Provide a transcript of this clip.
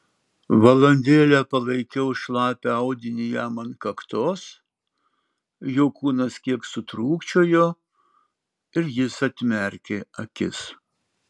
valandėlę palaikiau šlapią audinį jam ant kaktos jo kūnas kiek sutrūkčiojo ir jis atmerkė akis